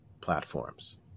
platforms